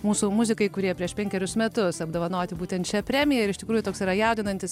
mūsų muzikai kurie prieš penkerius metus apdovanoti būtent šia premija ir iš tikrųjų toks yra jaudinantis